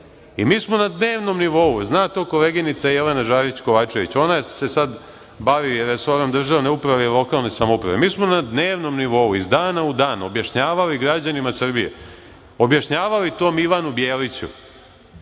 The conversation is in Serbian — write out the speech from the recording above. i mi smo na dnevnom nivou, zna to koleginica Jelena Žarić Kovačević, ona se sad bavi resorom državne uprave i lokalne samouprave, mi smo na dnevnom nivou, iz dana u dan, objašnjavali građanima Srbije, objašnjavali tom Ivanu Bjeliću,